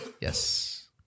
Yes